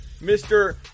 Mr